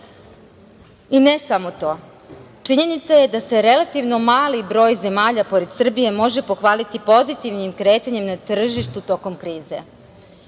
Ne samo to, činjenica je da se relativno mali broj zemalja pored Srbije može pohvaliti pozitivnim kretanjem na tržištu tokom krize. Kada